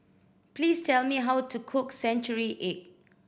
please tell me how to cook century egg